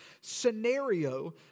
scenario